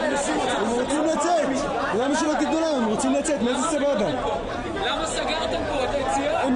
זו סיטואציה שקרתה ביום חמישי בלילה בסביבות השעה 1:30